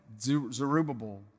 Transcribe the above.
Zerubbabel